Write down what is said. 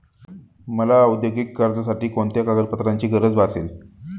मला औद्योगिक कर्जासाठी कोणत्या कागदपत्रांची गरज भासेल?